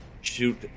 shoot